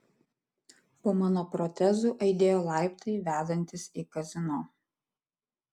po mano protezu aidėjo laiptai vedantys į kazino